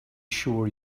sure